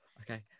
Okay